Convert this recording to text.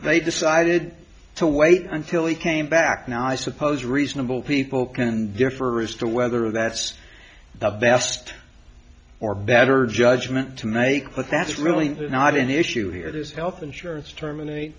they decided to wait until he came back now i suppose reasonable people can differ as to whether that's the best or better judgment to make but that's really not an issue here this health insurance terminate